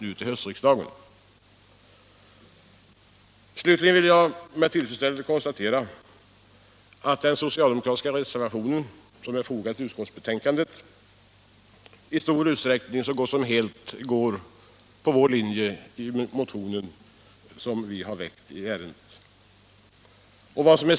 Upprustning och Slutligen vill jag med tillfredsställelse konstatera att den socialdemo utbyggnad av Göta kratiska reservationen som är fogad till utskottsbetänkandet så gott som kanal helt går på den linje som vi förordat i vår motion.